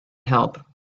help